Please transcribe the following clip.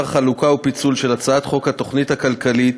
חלוקה ופיצול של הצעת חוק התוכנית הכלכלית